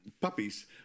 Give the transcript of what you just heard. puppies